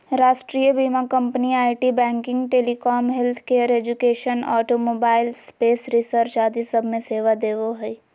राष्ट्रीय बीमा कंपनी IT, banking, telecom, healthcare, education, automobile, space research आदि सब मे सेवा देवो हय